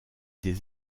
des